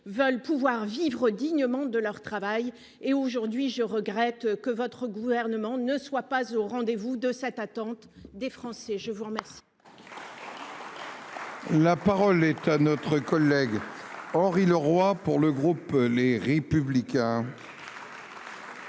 veulent pouvoir vivre dignement de leur travail et aujourd'hui, je regrette que votre gouvernement ne soit pas au rendez-vous de cette attente des Français. Je vous remercie. La parole est à notre collègue Henri Leroy pour le groupe Les Républicains.